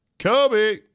Kobe